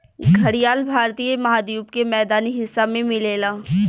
घड़ियाल भारतीय महाद्वीप के मैदानी हिस्सा में मिलेला